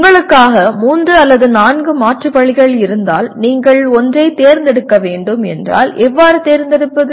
உங்களுக்காக மூன்று அல்லது நான்கு மாற்று வழிகள் இருந்தால் நீங்கள் ஒன்றைத் தேர்ந்தெடுக்க வேண்டும் என்றால் எவ்வாறு தேர்ந்தெடுப்பது